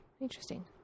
interesting